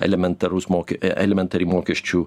elementarus mokė ee elementari mokesčių